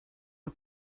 who